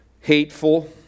Hateful